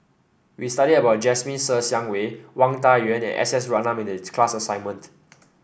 we studied about Jasmine Ser Xiang Wei Wang Dayuan and S S Ratnam in the class assignment